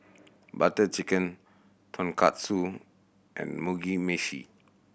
Butter Chicken Tonkatsu and Mugi Meshi